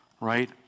Right